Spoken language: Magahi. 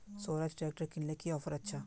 स्वराज ट्रैक्टर किनले की ऑफर अच्छा?